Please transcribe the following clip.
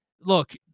Look